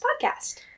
podcast